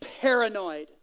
paranoid